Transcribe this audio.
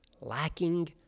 lacking